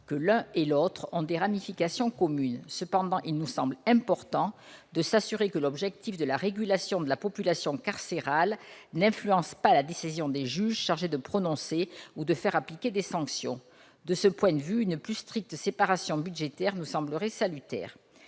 qu'ils ont des ramifications communes. Cependant, il nous semble important de nous assurer que l'ambition de régulation de la population carcérale n'influence pas la décision des juges chargés de prononcer ou de faire appliquer des sanctions. De ce point de vue, une plus stricte séparation budgétaire nous semblerait salutaire.